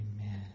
Amen